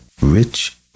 Rich